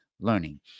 learning